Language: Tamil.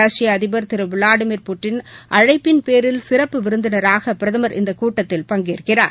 ரஷ்ய அதிபர் திரு விளாடிமிர் புட்டின் அழைப்பின் பேரில் சிறப்பு விருந்தினராக பிரதமர் இந்த கூட்டத்தில் பங்கேற்கிறார்